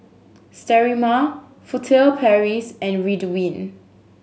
Sterimar Furtere Paris and Ridwind